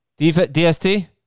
DST